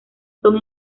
son